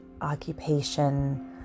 occupation